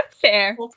Fair